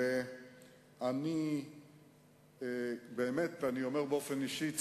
מצדכם, ועליה אנחנו מדברים פה ומקיימים את הדיון.